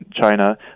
China